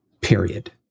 period